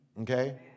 okay